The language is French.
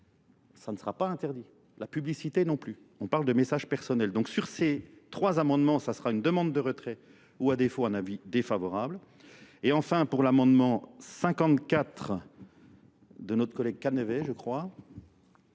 Ça ne sera pas interdit. La publicité non plus. On parle de messages personnels. Donc sur ces trois amendements, ça sera une demande de retrait ou à défaut, en avis, défavorable. Et enfin, pour l'amendement 54 de notre collègue Cannevet, je crois,